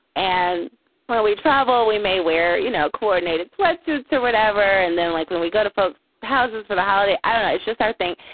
and while we travel, we may where, you know, coordinated sweatsuits or whatever. and then like when we go to folks houses for the holiday, i don't know. it's just our thing.